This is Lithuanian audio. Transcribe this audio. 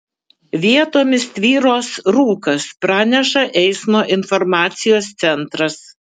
vietomis tvyros rūkas praneša eismo informacijos centras